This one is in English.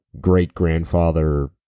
great-grandfather